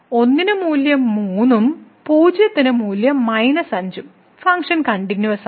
1 ന് മൂല്യം 3 ഉം 0 മൂല്യം 5 ഉം ഫങ്ക്ഷൻ കണ്ടിന്യൂവസാണ്